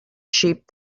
sheep